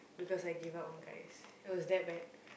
because I give up on guys it was that bad